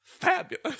fabulous